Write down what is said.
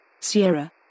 Sierra